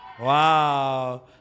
wow